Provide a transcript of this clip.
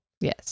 Yes